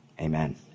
amen